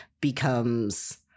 becomes